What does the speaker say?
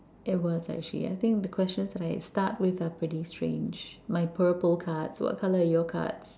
it was actually I think the questions that I start with are pretty strange my purple cards what color are your cards